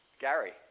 Gary